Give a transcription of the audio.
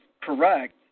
correct